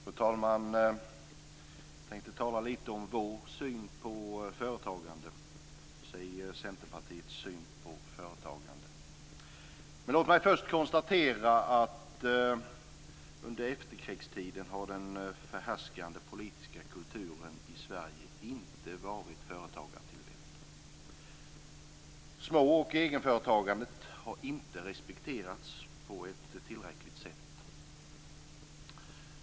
Fru talman! Jag tänkte tala lite om Centerpartiets syn på företagande. Men låt mig först konstatera att under efterkrigstiden har den förhärskande politiska kulturen i Sverige inte varit företagartillvänd. Småoch egenföretagandet har inte respekterats på ett tillräckligt sätt.